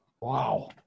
Wow